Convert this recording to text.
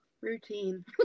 routine